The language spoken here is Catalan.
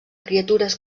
criatures